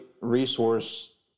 resource